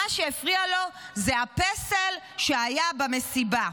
מה שהפריע לו הוא הפסל שהיה במסיבה.